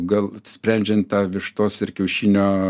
gal sprendžiant tą vištos ir kiaušinio